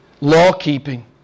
law-keeping